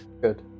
good